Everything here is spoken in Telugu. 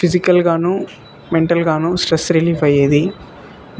ఫిజికల్గాను మెంటల్గాను స్ట్రెస్ రిలీఫ్ అయ్యేది